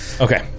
Okay